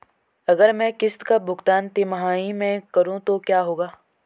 अगर मैं किश्त का भुगतान तिमाही में करूं तो क्या होगा?